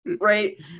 right